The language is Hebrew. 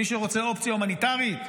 מי שרוצה אופציה הומניטרית,